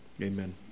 amen